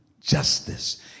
justice